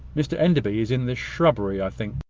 mr enderby is in the shrubbery, i think.